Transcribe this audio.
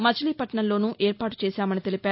మచిలీపట్నంలోనూ ఏర్పాటు చేశామని తెలిపారు